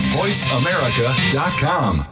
voiceamerica.com